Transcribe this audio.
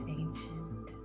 ancient